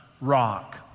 rock